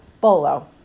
Bolo